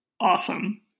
awesome